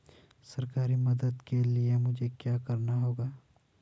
सरकारी मदद के लिए मुझे क्या करना होगा?